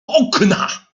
okna